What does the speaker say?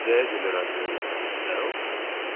जय झूलेलाल जय झूलेलाल ॿुधायो